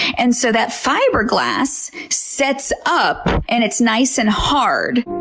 and so that fiberglass sets up and it's nice and hard.